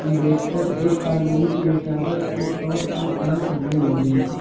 امبیڈکر ایک کانونی پیشہ ور کے طور پر کام کرنے لگے